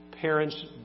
parents